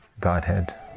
Godhead